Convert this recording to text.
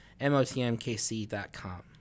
MOTMKC.com